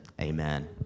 Amen